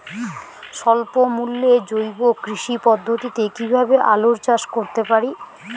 স্বল্প মূল্যে জৈব কৃষি পদ্ধতিতে কীভাবে আলুর চাষ করতে পারি?